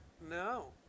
no